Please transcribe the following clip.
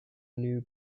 new